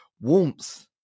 warmth